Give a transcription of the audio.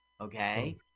Okay